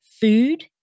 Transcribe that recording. food